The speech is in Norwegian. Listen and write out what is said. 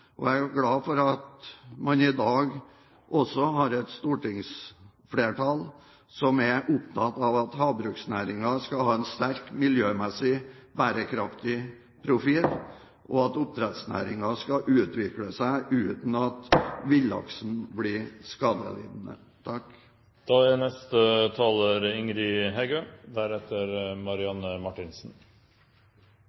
og jeg er glad for at man i dag har et stortingsflertall som er opptatt av at havbruksnæringen skal ha en sterk miljømessig og bærekraftig profil, og at oppdrettsnæringen skal utvikle seg uten at villaksen blir skadelidende.